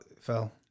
fell